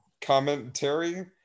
commentary